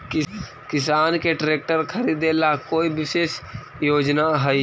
किसान के ट्रैक्टर खरीदे ला कोई विशेष योजना हई?